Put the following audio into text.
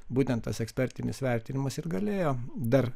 būtent tas ekspertinis vertinimas ir galėjo dar